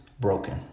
broken